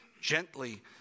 gently